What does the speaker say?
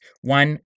one